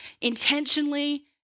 intentionally